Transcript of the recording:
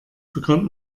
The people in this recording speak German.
bekommt